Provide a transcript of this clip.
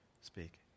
Speak